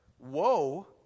Woe